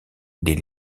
des